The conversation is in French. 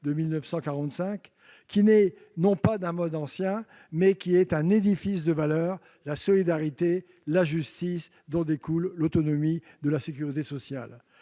de 1945, qui est non pas le produit d'un monde ancien, mais un édifice de valeurs : la solidarité, la justice, dont découle l'autonomie de la sécurité sociale.